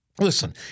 Listen